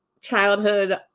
childhood